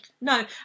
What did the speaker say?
No